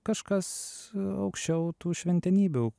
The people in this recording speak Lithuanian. kažkas aukščiau tų šventenybių